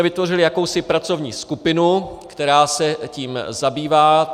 Vytvořili jsme jakousi pracovní skupinu, která se tím zabývá.